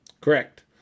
Correct